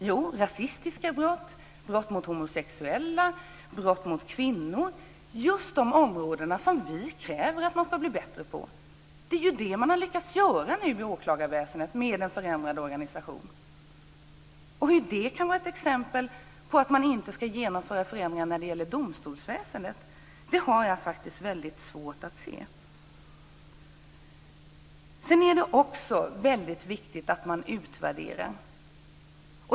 Jo, rasistiska brott, brott mot homosexuella, brott mot kvinnor - just de områden som vi kräver att man ska bli bättre på. Det är det man har lyckats göra inom åklagarväsendet med en förändrad organisation. Hur kan det vara ett exempel på att man inte ska genomföra förändringar för domstolsväsendet? Det har jag väldigt svårt att se. Det är också väldigt viktigt att utvärdera.